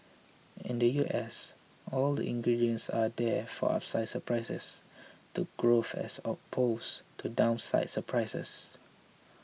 in the U S all the ingredients are there for upside surprises to growth as opposed to downside surprises